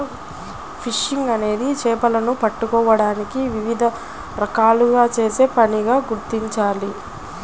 fishing అనేది చేపలను పట్టుకోవడానికి వివిధ రకాలుగా చేసే పనిగా గుర్తించాలి